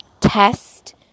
test